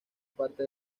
parte